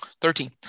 thirteen